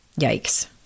Yikes